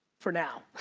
for now.